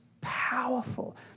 powerful